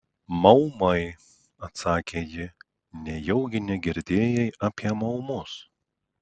maumai atsakė ji nejaugi negirdėjai apie maumus